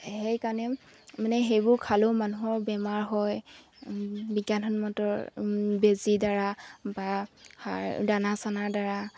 সেইকাৰণে মানে সেইবোৰ খালেও মানুহৰ বেমাৰ হয় বিজ্ঞানসন্মত বেজীৰ দ্বাৰা বা সাৰ দানা চানাৰ দ্বাৰা